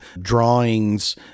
drawings